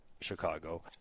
Chicago